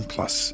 Plus